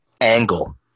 angle